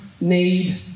need